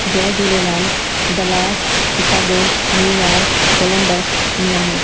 Jay Jhulelal Dallas Chicago New York Columbus Miami